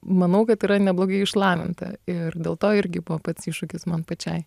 manau kad yra neblogai išlavinta ir dėl to irgi buvo pats iššūkis man pačiai